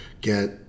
get